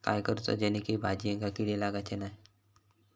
काय करूचा जेणेकी भाजायेंका किडे लागाचे नाय?